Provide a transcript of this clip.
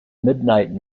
midnight